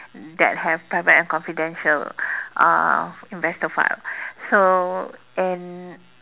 that have private and confidential uh investor file so and